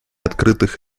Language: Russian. открытых